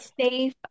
safe